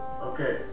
Okay